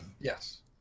Yes